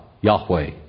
Yahweh